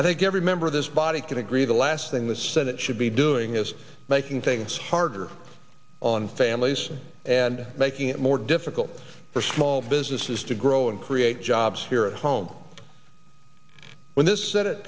i think every member of this body can agree the last thing the senate should be doing is making things harder on families and making it more difficult for small businesses to grow and create jobs here at home when this se